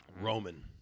Roman